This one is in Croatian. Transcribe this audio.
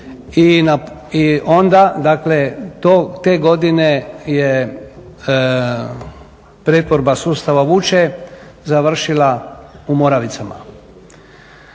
i onda, dakle te godine je pretvorba sustava vuče završila u Moravicama.